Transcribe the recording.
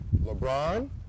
LeBron